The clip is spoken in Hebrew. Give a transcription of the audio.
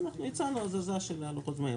הצענו הזזה של לוחות זמנים.